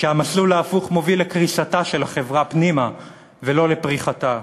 ושהמסלול ההפוך מוביל לקריסתה של החברה פנימה ולא לפריחתה.